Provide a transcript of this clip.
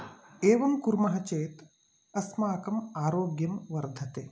एवं कुर्मः चेत् अस्माकम् आरोग्यं वर्धते